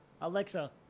Alexa